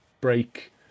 break